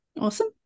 Awesome